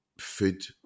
food